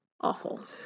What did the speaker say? awful